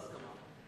בהסכמה,